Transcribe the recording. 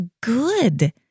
good